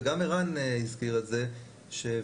וגם ערן הזכיר את זה שוועדת